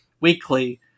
weekly